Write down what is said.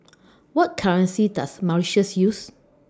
What currency Does Mauritius use